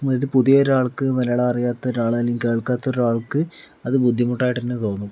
ഇത് പുതിയ ഒരാൾക്ക് മലയാളം അറിയാത്ത ഒരാള് അല്ലെങ്കിൽ കേൾക്കാത്ത ഒരാൾക്ക് അത് ബുദ്ധിമുട്ട് ആയിട്ട് തന്നെ തോന്നും